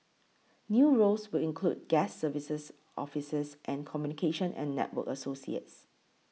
new roles will include guest services officers and communication and network associates